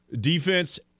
defense